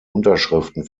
unterschriften